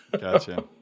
Gotcha